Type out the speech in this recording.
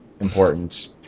important